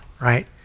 right